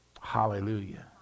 Hallelujah